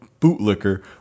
bootlicker